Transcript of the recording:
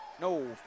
no